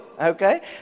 Okay